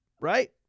right